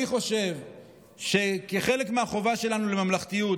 אני חושב שכחלק מהחובה שלנו לממלכתיות,